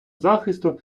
захисту